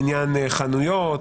בעניין חנויות,